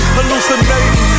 Hallucinating